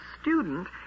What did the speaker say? student